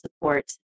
support